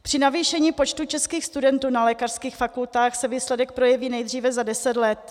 Při navýšení počtu českých studentů na lékařských fakultách se výsledek projeví nejdříve za deset let.